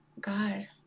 God